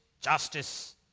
justice